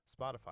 Spotify